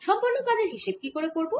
সম্পন্ন কাজের হিসেব কি করে করব